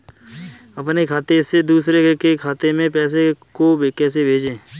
अपने खाते से दूसरे के खाते में पैसे को कैसे भेजे?